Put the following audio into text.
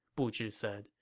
bu zhi said.